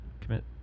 commit